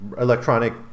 electronic